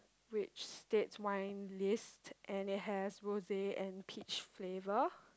which states wine list and it has Rose and peach flavour